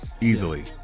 easily